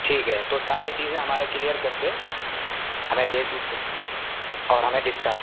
ٹھیک ہے تو ساری چیزیں ہمارے کلیر کر کے ہمیں دے دیجیے اور ہمیں ڈسچارج کر